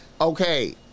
Okay